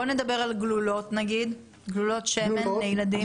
בוא נדבר על גלולות שמן לילדים.